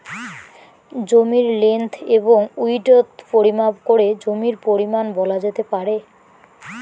জমির লেন্থ এবং উইড্থ পরিমাপ করে জমির পরিমান বলা যেতে পারে